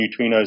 neutrinos